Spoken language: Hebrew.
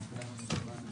הישיבה ננעלה בשעה 12:21.